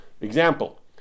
Example